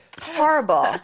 Horrible